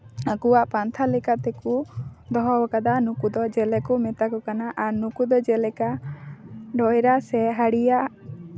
ᱟᱠᱚᱣᱟᱜ ᱯᱟᱱᱛᱷᱟ ᱞᱮᱠᱟ ᱛᱮᱠᱚ ᱫᱚᱦᱚ ᱠᱟᱫᱟ ᱡᱮᱞᱮ ᱠᱚ ᱢᱮᱛᱟ ᱠᱚ ᱠᱟᱱᱟ ᱟᱨ ᱱᱩᱠᱩ ᱫᱚ ᱡᱮᱞᱮᱠᱟ ᱢᱚᱭᱨᱟ ᱥᱮ ᱦᱟᱲᱤᱭᱟ